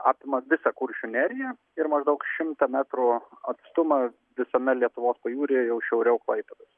apima visą kuršių neriją ir maždaug šimtą metrų atstumą visame lietuvos pajūryje jau šiauriau klaipėdos